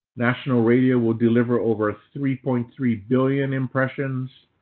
national radio will deliver over three point three billion impressions.